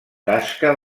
tasca